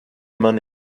money